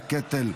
(הארכת מעצר לחשוד בעבירת ביטחון)